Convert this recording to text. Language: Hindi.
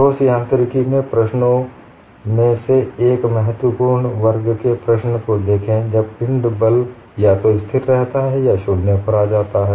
ठोस यांत्रिकी में प्रश्नों में से एक महत्वपूर्ण वर्ग के प्रश्न पर देखें जब पिंड बल या तो स्थिर रहता है या शून्य पर जाता है